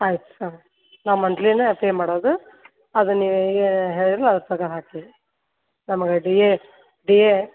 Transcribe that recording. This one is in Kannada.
ಆಯ್ತು ಸರ್ ನಾವು ಮಂತ್ಲಿಯೇ ಪೇ ಮಾಡೋದು ಅದನ್ನೀವು ಹೇಳಿದಿರಲ್ಲ ಅದ್ರ ಪ್ರಕಾರ ಹಾಕ್ತೀವಿ ನಮಗೆ ಡಿ ಎ ಡಿ ಎ